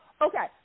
Okay